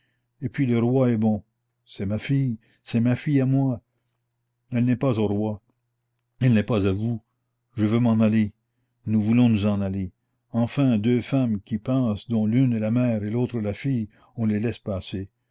et puis le roi est bon c'est ma fille c'est ma fille à moi elle n'est pas au roi elle n'est pas à vous je veux m'en aller nous voulons nous en aller enfin deux femmes qui passent dont l'une est la mère et l'autre la fille on les laisse passer